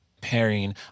pairing